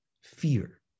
Fear